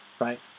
Right